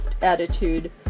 attitude